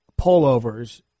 pullovers